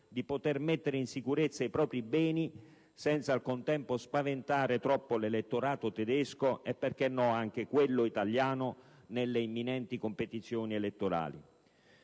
di poter mettere in sicurezza i propri beni senza al contempo spaventare troppo l'elettorato tedesco e anche quello italiano nelle imminenti competizioni elettorali.